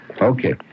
Okay